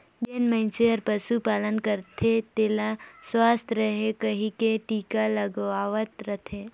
जेन मइनसे हर पसु पालन करथे तेला सुवस्थ रहें कहिके टिका लगवावत रथे